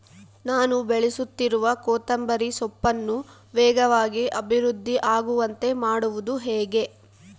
ನಾನು ಬೆಳೆಸುತ್ತಿರುವ ಕೊತ್ತಂಬರಿ ಸೊಪ್ಪನ್ನು ವೇಗವಾಗಿ ಅಭಿವೃದ್ಧಿ ಆಗುವಂತೆ ಮಾಡುವುದು ಹೇಗೆ?